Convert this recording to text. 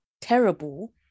terrible